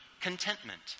contentment